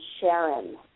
Sharon